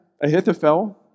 Ahithophel